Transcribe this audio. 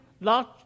large